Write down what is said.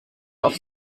auf